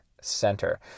center